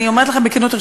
אני אומרת לכם בכנות,